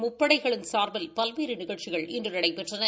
முப்படைகளின் சார்பில் பல்வேறு நிகழ்ச்சிகள் இன்று நடைபெற்றன